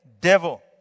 devil